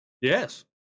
Yes